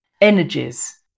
energies